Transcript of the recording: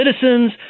citizens